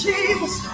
Jesus